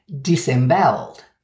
disemboweled